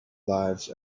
lives